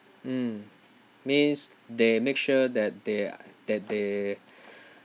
mm means they make sure that they're that they